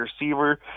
receiver